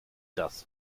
das